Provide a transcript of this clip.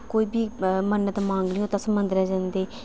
कोई बी मन्नत मांगनी होए ते अस मंदर जन्ने